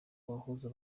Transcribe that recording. bahuza